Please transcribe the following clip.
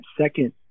second